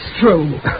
true